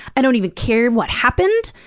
i don't even care what happened.